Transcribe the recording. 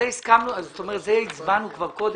על זה הצבענו כבר קודם.